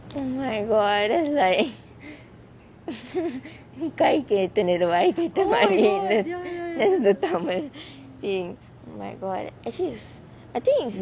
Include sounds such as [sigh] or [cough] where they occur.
oh my god that's like [laughs] கைக்கு எட்டுனது வாய்க்கு எட்டலை:kaaiku yettunathu vaaiku yettalae that's the tamil things like what actually is I think is